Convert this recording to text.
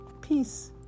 peace